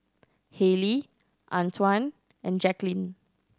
Haylie Antwan and Jaqueline